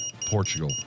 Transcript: Portugal